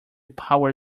power